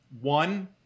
One